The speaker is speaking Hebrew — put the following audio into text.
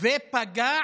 ופגע